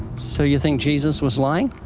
so, you think jesus was lying?